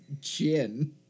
Gin